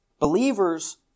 Believers